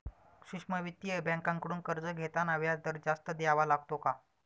सूक्ष्म वित्तीय बँकांकडून कर्ज घेताना व्याजदर जास्त द्यावा लागतो का?